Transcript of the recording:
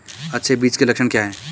अच्छे बीज के लक्षण क्या हैं?